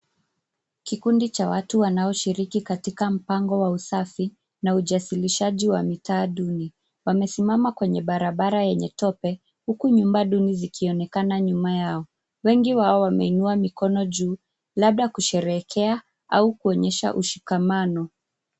Kikundi cha watu wanaoshiriki katika mpango wa usafi na ujasilishaji wa mitaa duni. Wamesimama kwenye barabara yenye tope huku nyumba duni zikionekana nyuma yao. Wengi wao wameinua mikono juu labda kusherehekea au kuonyesha ushikamano.